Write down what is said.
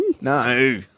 No